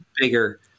bigger